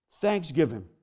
Thanksgiving